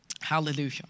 Hallelujah